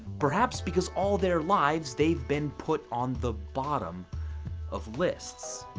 perhaps because all their lives they've been put on the bottom of lists.